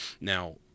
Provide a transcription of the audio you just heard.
Now